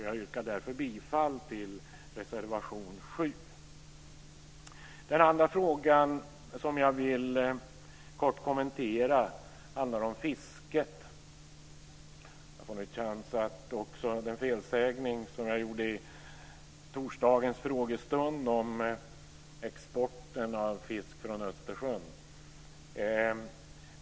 Jag yrkar därför bifall till reservation 7. Den andra fråga som jag vill kort kommentera handlar om fisket. Jag får en chans att rätta den felsägning som jag gjorde i torsdagens frågestund om exporten av fisk från Östersjön.